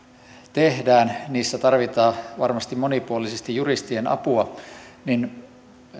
tehdään niissä tarvitaan varmasti monipuolisesti juristien apua niin